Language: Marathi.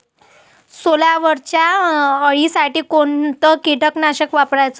सोल्यावरच्या अळीसाठी कोनतं कीटकनाशक वापराव?